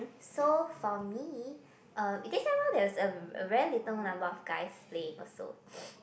so for me uh this time round there's a a very little number of guys playing also